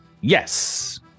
Yes